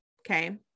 Okay